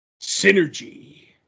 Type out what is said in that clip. Synergy